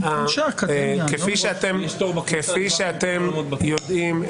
כפי שאתם יודעים,